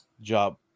job